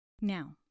Now